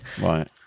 Right